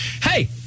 Hey